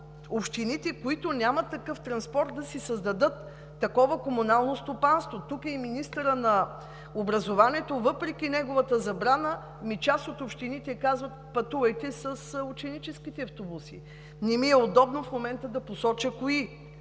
общините, които нямат такъв транспорт, да си създадат комунално стопанство? Тук е и министърът на образованието и въпреки неговата забрана, част от общините казват: пътувайте с ученическите автобуси. В момента не ми е удобно да посоча кои.